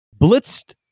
blitzed